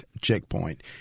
checkpoint